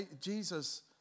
Jesus